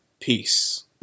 Peace